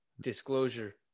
Disclosure